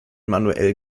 manuell